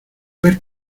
ver